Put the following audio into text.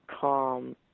calm